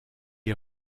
est